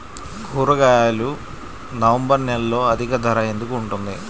కూరగాయలు నవంబర్ నెలలో అధిక ధర ఎందుకు ఉంటుంది?